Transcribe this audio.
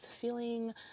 feeling